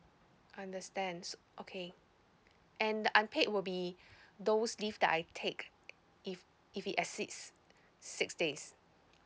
understand okay and the unpaid will be those leave that I take if if it as six six days